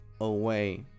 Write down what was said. away